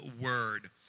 word